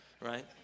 right